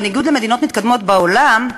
בניגוד למדינות מתקדמות בעולם,